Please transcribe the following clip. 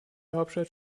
hauptstadt